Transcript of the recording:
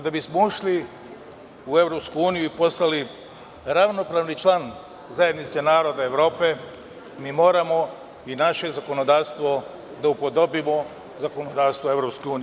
Da bismo ušli u EU i postali ravnopravni član zajednice naroda Evrope, mi moramo i naše zakonodavstvo da upodobimo zakonodavstvu EU.